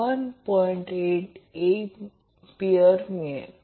8°A मिळेल